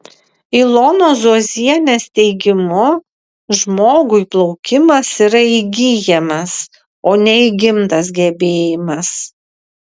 ilonos zuozienės teigimu žmogui plaukimas yra įgyjamas o ne įgimtas gebėjimas